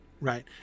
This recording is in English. Right